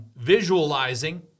visualizing